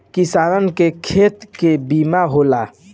किसानन के खेत के बीमा होला